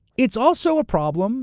it's also a problem